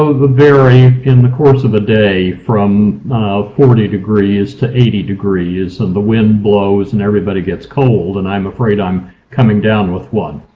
the varying in the course of a day from forty degrees to eighty degrees and the wind blows and everybody gets cold and i'm afraid i'm coming down with one.